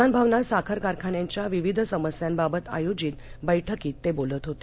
विधानभवनात साखर कारखान्यांच्या विविध समस्यांबाबत आयोजित बैठकीत ते बोलत होते